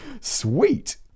sweet